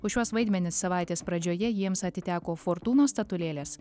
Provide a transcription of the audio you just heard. už šiuos vaidmenis savaitės pradžioje jiems atiteko fortūnos statulėlės